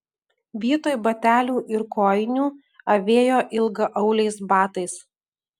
vietoj batelių ir kojinių avėjo ilgaauliais batais